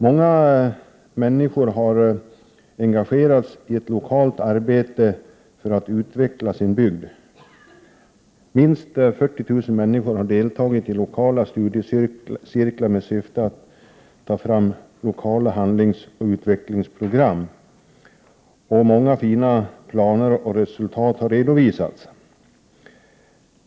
Många människor har engagerats i ett lokalt arbete för att utveckla sin bygd. Minst 40 000 människor har deltagit i lokala studiecirklar med syfte att ta fram lokala handlingsoch utvecklingsprogram, och många fina planer och resultat har redovisats.